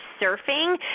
surfing